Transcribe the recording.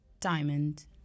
Diamond